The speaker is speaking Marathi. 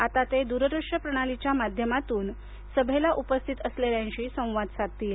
आता ते दूर दृश्य प्रणालीच्या माध्यमातून सभेला उपस्थित असलेल्यांशी संवाद साधतील